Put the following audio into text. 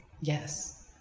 Yes